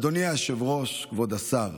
אדוני היושב-ראש, כבוד השר,